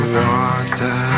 water